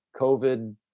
COVID